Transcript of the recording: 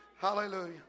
Hallelujah